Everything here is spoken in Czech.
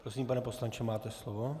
Prosím, pane poslanče, máte slovo.